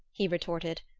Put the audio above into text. he retorted.